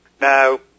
Now